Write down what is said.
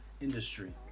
industry